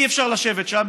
אי-אפשר לשבת שם,